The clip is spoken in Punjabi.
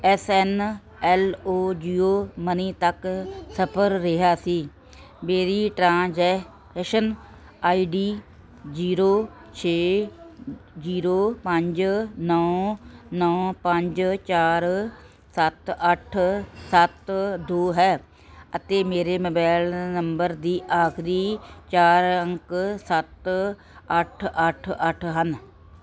ਐੱਸ ਐੱਨ ਐੱਲ ਓ ਜੀਓ ਮਨੀ ਤੱਕ ਸਫਲ ਰਿਹਾ ਸੀ ਮੇਰੀ ਟ੍ਰਾਂਜੈਸ਼ਨ ਆਈ ਡੀ ਜ਼ੀਰੋ ਛੇ ਜ਼ੀਰੋ ਪੰਜ ਨੌਂ ਨੌਂ ਪੰਜ ਚਾਰ ਸੱਤ ਅੱਠ ਸੱਤ ਦੋ ਹੈ ਅਤੇ ਮੇਰੇ ਮੋਬਾਈਲ ਨੰਬਰ ਦੀ ਆਖਰੀ ਚਾਰ ਅੰਕ ਸੱਤ ਅੱਠ ਅੱਠ ਅੱਠ ਹਨ